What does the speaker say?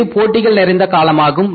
இது போட்டிகள் நிறைந்த காலமாகும்